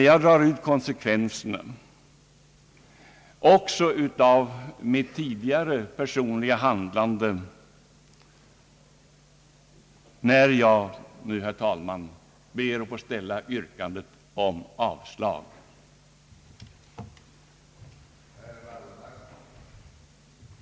Jag drar dock ut konsekvenserna av mitt tidigare personliga handlande när jag ber att få ställa yrkandet om avslag på de föreliggande förslagen till ändringar i grundlagarna.